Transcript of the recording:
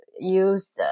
use